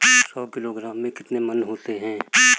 सौ किलोग्राम में कितने मण होते हैं?